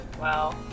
Wow